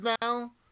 now